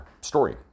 story